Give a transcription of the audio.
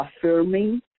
affirming